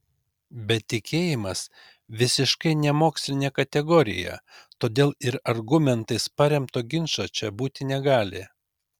bet tikėjimas visiškai nemokslinė kategorija todėl ir argumentais paremto ginčo čia būti negali